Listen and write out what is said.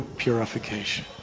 purification